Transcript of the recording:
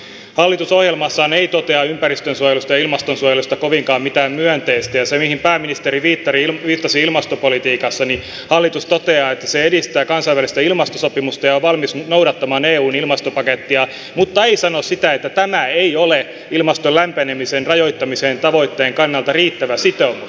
hallitus ohjelmassaan ei totea ympäristönsuojelusta ja ilmastonsuojelusta mitään kovinkaan myönteistä ja siinä mihin pääministeri viittasi ilmastopolitiikassa hallitus toteaa että se edistää kansainvälistä ilmastosopimusta ja on valmis noudattamaan eun ilmastopakettia mutta ei sano sitä että tämä ei ole ilmaston lämpenemisen rajoittamisen tavoitteen kannalta riittävä sitoumus